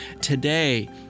Today